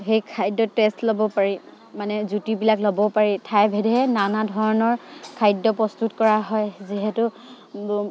সেই খাদ্যত টেষ্ট ল'ব পাৰি মানে জুতিবিলাক ল'বও পাৰি ঠাই ভেদে নানা ধৰণৰ খাদ্য প্ৰস্তুত কৰা হয় যিহেতু